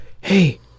Hey